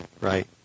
Right